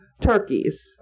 Turkeys